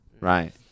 Right